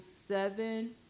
seven